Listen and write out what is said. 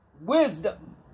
wisdom